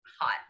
hot